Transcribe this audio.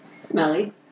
smelly